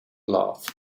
love